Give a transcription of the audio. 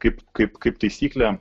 kaip kaip kaip taisyklė